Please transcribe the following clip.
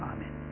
Amen